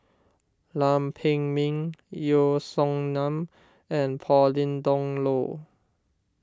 Lam Pin Min Yeo Song Nian and Pauline Dawn Loh